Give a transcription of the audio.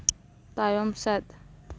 ᱛᱟᱭᱚᱢ ᱥᱮᱫ